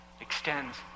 extends